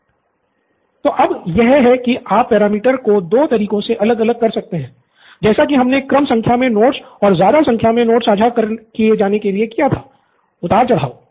pro बाला तो अब यह है की आप पैरामीटर को दो तरीकों से अलग अलग कर सकते हैं जैसा की हमने कम संख्या में नोट्स और ज़्यादा संख्या में नोट्स साझा किए जाने के लिए किया था उतार चढ़ाव